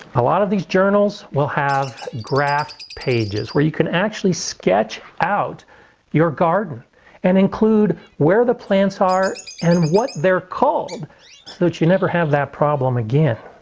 a lot of these journals will have graph pages where you can actually sketch out your garden and include where the plants are and what they're called that you never have that problem again.